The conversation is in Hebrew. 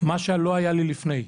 מה שלא היה לי לפני.